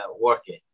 working